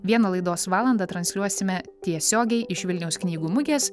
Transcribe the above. vieną laidos valandą transliuosime tiesiogiai iš vilniaus knygų mugės